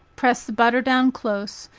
press the butter down close,